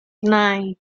nine